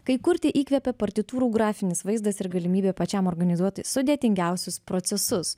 kai kurti įkvėpia partitūrų grafinis vaizdas ir galimybė pačiam organizuoti sudėtingiausius procesus